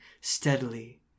steadily